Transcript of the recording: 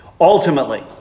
Ultimately